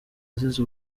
azize